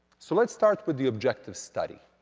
so let's start with the objective study.